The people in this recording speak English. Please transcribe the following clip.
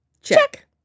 Check